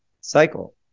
cycle